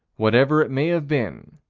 whatever it may have been,